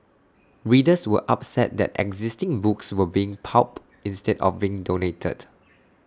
readers were upset that existing books were being pulped instead of being donated